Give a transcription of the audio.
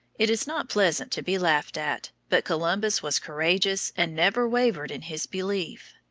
it is not pleasant to be laughed at, but columbus was courageous and never wavered in his belief.